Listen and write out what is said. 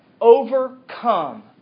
overcome